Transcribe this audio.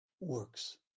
works